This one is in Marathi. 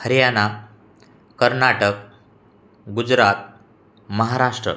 हरियाणा कर्नाटक गुजरात महाराष्ट्र